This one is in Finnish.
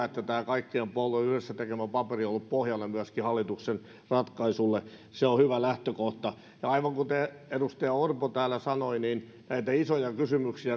että tämä kaikkien puolueiden yhdessä tekemä paperi on ollut pohjana myöskin hallituksen ratkaisuille se on hyvä lähtökohta ja aivan kuten edustaja orpo täällä sanoi näitä isoja kysymyksiä